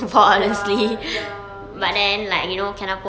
ya ya me too